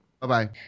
Bye-bye